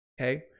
okay